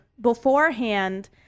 beforehand